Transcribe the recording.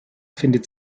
findet